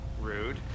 Rude